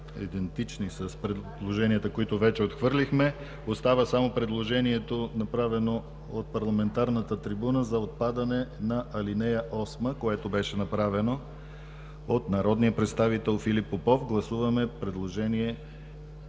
идентични с предложенията, които вече отхвърлихме. Остава само предложението, направено от парламентарната трибуна за отпадане на ал. 8, което беше направено от народния представител Филип Попов. Гласуваме предложението,